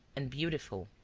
and beautiful.